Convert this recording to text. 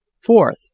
fourth